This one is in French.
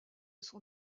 son